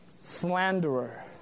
slanderer